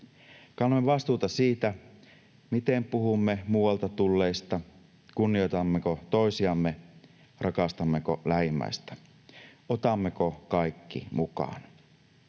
Kannamme vastuuta siitä, miten puhumme muualta tulleista: kunnioitammeko toisiamme, rakastammeko lähimmäistä, otammeko kaikki mukaan?